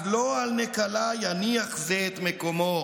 אז לא על נקלה יניח זה את מקומו".